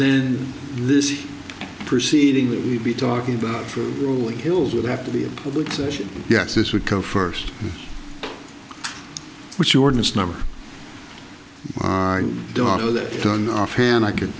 then this proceeding that we'd be talking about for rolling hills would have to be a public session yes this would go first which ordinance number my daughter that to an offhand i c